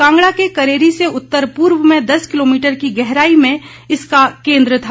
कांगड़ा के करेरी से उत्तर पूर्व में दस किलोमीटर की गहराई में इसका केंद्र था